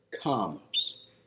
comes